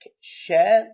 share